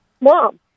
Mom